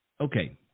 Okay